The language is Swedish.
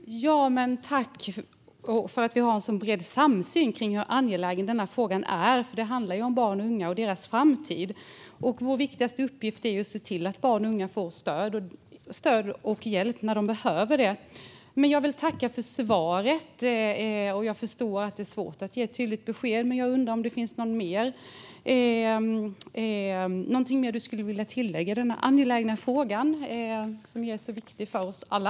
Herr talman! Jag tackar för att vi har en så bred samsyn kring hur angelägen den här frågan är. Det handlar ju om barn och unga och deras framtid, och vår viktigaste uppgift är att se till att barn och unga får stöd och hjälp när de behöver det. Jag vill tacka för svaret. Jag förstår att det är svårt att ge ett tydligt besked, men jag undrar om det finns något statsrådet skulle vilja tillägga i denna angelägna fråga, som är viktig för oss alla.